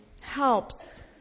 helps